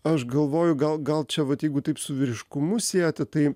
aš galvoju gal gal čia vat jeigu taip su vyriškumu sieti tai